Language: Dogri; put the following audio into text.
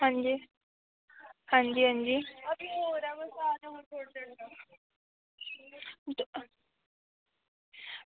हां जी हां जी हां जी